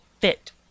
fit